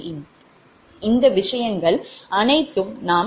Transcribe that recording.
2084 0